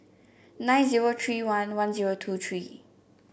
nine zero three one one zero two three